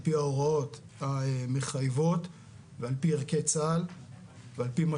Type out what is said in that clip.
על פי ההוראות המחייבות ועל פי ערכי צה"ל ועל פי מה